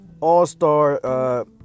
all-star